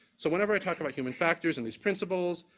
so whenever i talked about human factors and these principles,